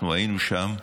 אנחנו היינו שם,